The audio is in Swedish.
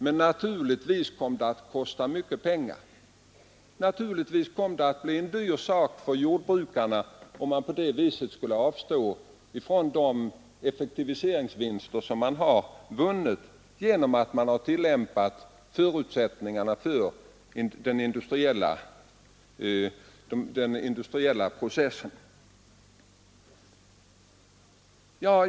Men det skulle kosta mycket pengar. Det blir en dyr sak för jordbrukarna, om man på det sättet avstår från de effektivitetsvinster som vunnits genom att man tillvaratagit fördelarna med den industriella processen.